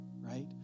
right